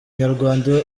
nyarwanda